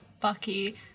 Bucky